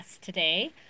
today